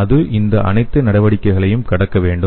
அது இந்த அனைத்து நடவடிக்கைகளையும் கடக்க வேண்டும்